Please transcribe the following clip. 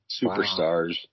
superstars